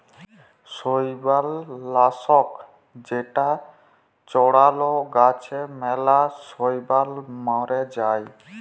শৈবাল লাশক যেটা চ্ড়ালে গাছে ম্যালা শৈবাল ম্যরে যায়